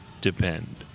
depend